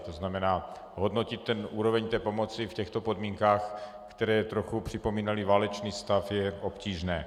To znamená hodnotit úroveň pomoci v podmínkách, které trochu připomínaly válečný stav, je obtížné.